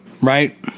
right